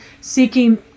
seeking